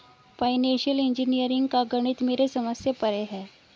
financial engineering का गणित मेरे समझ से परे है